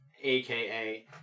aka